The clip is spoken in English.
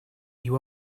you